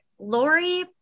Lori